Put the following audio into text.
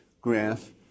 graph